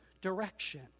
direction